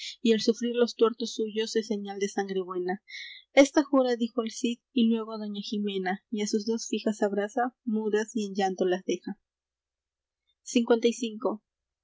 el sufrir los tuertos suyos es señal de sangre buena esta jura dijo el cid y luégo á doña jimena y á sus dos fijas abraza mudas y en llanto las deja